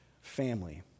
family